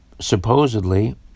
supposedly